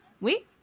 Oui